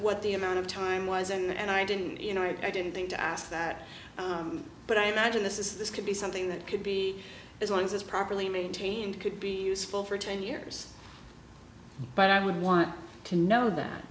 what the amount of time was and i didn't you know i didn't think to ask that but i imagine this is this could be something that could be as long as is properly maintained could be useful for ten years but i would want to know that